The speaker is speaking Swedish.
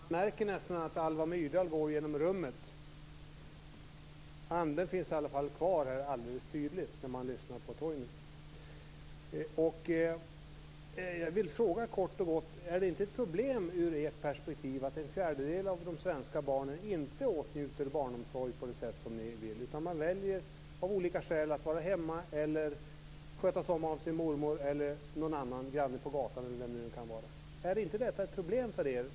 Fru talman! Man ser nästan Alva Myrdal gå genom rummet. Hennes ande finns tydligt kvar när man lyssnar på Torgny Danielsson. Är det inte från ert perspektiv ett problem att en fjärdedel av de svenska barnen inte åtnjuter barnomsorg på det sätt ni vill? Man väljer av olika skäl att de skall vara hemma, skötas om av mormor, en granne på gatan osv. Är inte det ett problem för er?